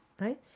right